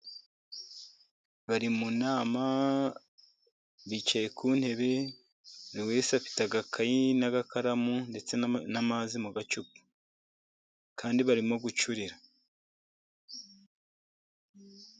Bari mu nama bicaye ku ntebe, buri wese afite agakayi n'agakaramu, ndetse n'amazi mu gacupa, kandi barimo gucurira.